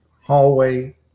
hallway